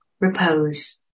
repose